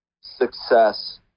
success